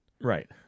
Right